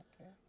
okay